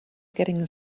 getting